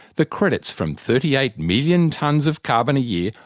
the credits from thirty eight million tonnes of carbon a year,